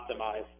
optimize